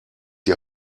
die